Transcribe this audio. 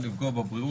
לפגוע בבריאות,